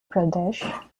pradesh